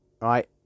right